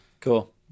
Cool